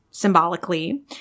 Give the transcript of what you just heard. symbolically